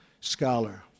Scholar